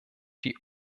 die